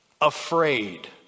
afraid